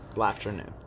afternoon